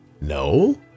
No